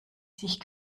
sich